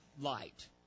light